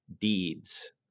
deeds